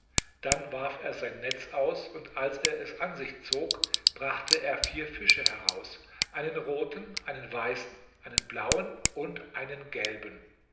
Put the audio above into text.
dann warf er sein netz aus und als er es an sich zog brachte er vier fische heraus einen roten einen weißen einen blauen und einen gelben